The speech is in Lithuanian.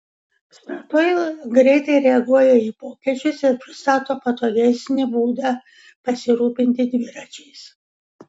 statoil greitai reaguoja į pokyčius ir pristato patogesnį būdą pasirūpinti dviračiais